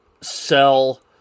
sell